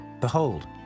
behold